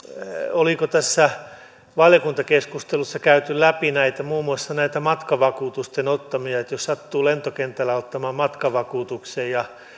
oliko tässä valiokuntakeskustelussa käyty läpi muun muassa näitä matkavakuutusten ottamisia jos sattuu lentokentällä ottamaan matkavakuutuksen ja